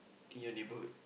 in your neighbourhood